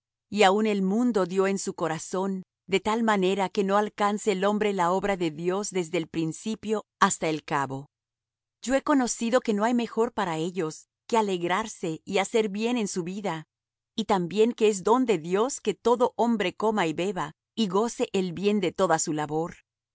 y aun el mundo dió en su corazón de tal manera que no alcance el hombre la obra de dios desde el principio hasta el cabo yo he conocido que no hay mejor para ellos que alegrarse y hacer bien en su vida y también que es don de dios que todo hombre coma y beba y goce el bien de toda su labor